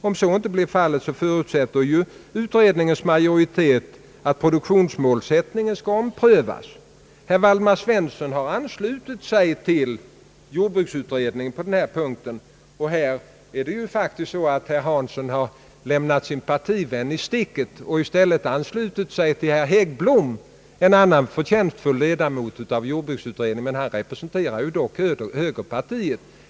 Om så inte blir fallet förutsätter ju utredningens majoritet att produktionsmålsättningen skall omprövas. Herr Waldemar Svensson har anslutit sig till jordbruksutredningen på denna punkt, och här är det ju faktiskt så att herr Hansson har lämnat sin partivän i sticket. Han har i stället anslutit sig till herr Häggblom, en annan förtjänstfull ledamot av jordbruksutredningen, men han representerar ju dock högerpartiet.